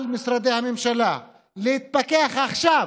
על משרדי הממשלה להתפכח עכשיו,